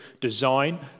design